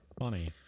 Funny